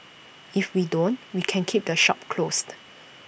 if we don't we can keep the shop closed